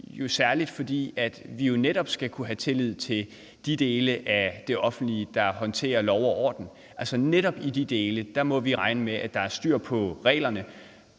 synes jeg, fordi vi netop skal kunne have tillid til de dele af det offentlige, der håndterer lov og orden. Netop i de dele må vi regne med, at der er styr på reglerne,